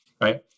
right